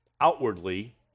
outwardly